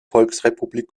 volksrepublik